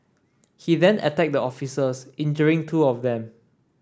he then attacked the officers injuring two of them